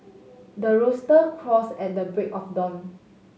the rooster crows at the break of dawn